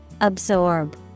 Absorb